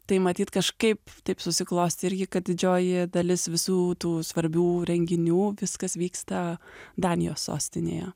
tai matyt kažkaip taip susiklostė irgi kad didžioji dalis visų tų svarbių renginių viskas vyksta danijos sostinėje